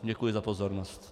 Děkuji za pozornost.